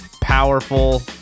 powerful